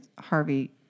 Harvey